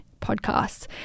podcasts